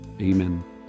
Amen